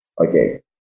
okay